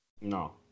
No